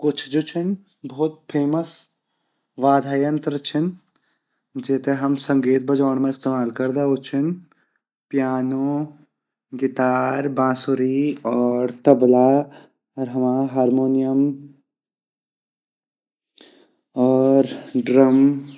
कुछ जू छिन भोत फेमस वाद्य यंत्र छिन जेते हम संगीत बेजोड़ मा इस्तेमाल करदा उ छिन पियानो ,हुइटर ,बासुरी और तबला अर हमा हारमोनियम और ड्रम।